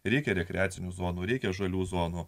reikia rekreacinių zonų reikia žalių zonų